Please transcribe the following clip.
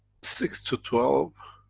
six to twelve,